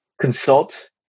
consult